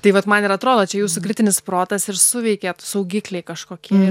tai vat man ir atrodo čia jūsų kritinis protas ir suveikė saugikliai kažkokie